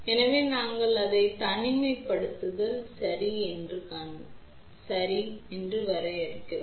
எனவே நாங்கள் அதை தனிமைப்படுத்துதல் சரி என்று வரையறுக்கிறோம்